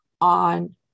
on